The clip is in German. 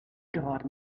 gerade